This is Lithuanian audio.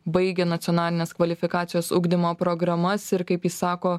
baigę nacionalines kvalifikacijos ugdymo programas ir kaip ji sako